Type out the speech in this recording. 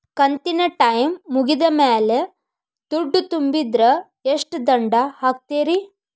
ಕಂತಿನ ಟೈಮ್ ಮುಗಿದ ಮ್ಯಾಲ್ ದುಡ್ಡು ತುಂಬಿದ್ರ, ಎಷ್ಟ ದಂಡ ಹಾಕ್ತೇರಿ?